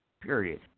period